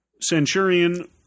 Centurion